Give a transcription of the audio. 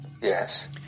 Yes